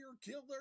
killer